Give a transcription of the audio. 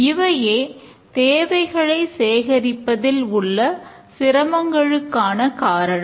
இவையே தேவைகளை சேகரிப்பதில் உள்ள சிரமங்களுக்கான காரணம்